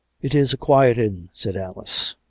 it is a quiet inn, said alice.